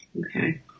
okay